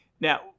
Now